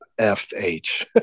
fh